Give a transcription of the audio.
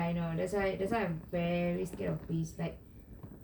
ya I know that's why I'm very scared of bees like